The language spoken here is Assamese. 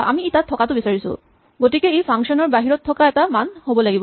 আমি ই তাত থকাটো বিচাৰিছো গতিকে ই ফাংচন ৰ বাহিৰত থকা এটা মান হ'ব লাগিব